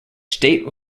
state